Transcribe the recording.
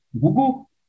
Google